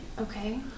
Okay